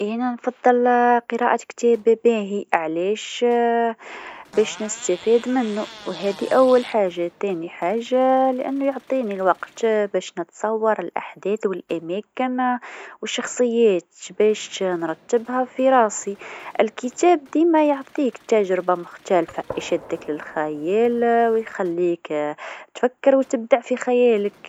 إينا نفضل قراءة كتاب باهي، علاش؟ باش نستفيد منو وهذي أول حاجه، وثاني حاجه لأنو يعطيني لاوقت باش نتصور الأحداث و الأماكن والشخصيات باش نرتبها في راسي، الكتاب ديما يعطيك تجربه مختلفه يشدك للخيال ويخليك تفكر و تبدع في خيالك.